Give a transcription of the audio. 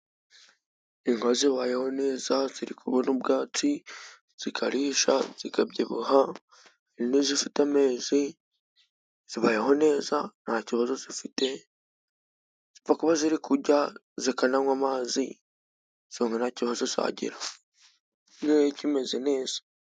Inka zibayeho neza, ziri kubona ubwatsi zikarisha, zikabyibuha, n'izifite amezi zibayeho neza nta kibazo zifite, zipfa kuba ziri kurya zikananywa amazi , izo nka nta kibazo zagira. Ino yo hirya imeze neza.